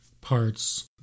parts